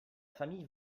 famille